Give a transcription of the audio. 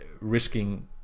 risking